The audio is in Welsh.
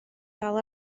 dal